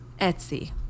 Etsy